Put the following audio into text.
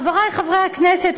חברי חברי הכנסת,